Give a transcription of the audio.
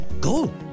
Go